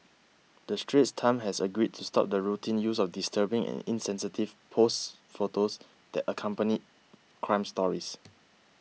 the Straits Times has agreed to stop the routine use of disturbing and insensitive posed photos that accompany crime stories